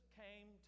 came